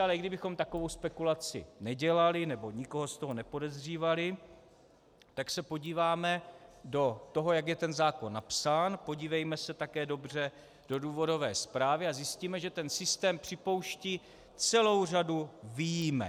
Ale i kdybychom takovou spekulaci nedělali nebo nikoho z toho nepodezřívali, tak se podíváme do toho, jak je ten zákon napsán, podívejme se také dobře do důvodové zprávy a zjistíme, že ten systém připouští celou řadu výjimek.